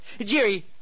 Jerry